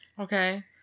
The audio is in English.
Okay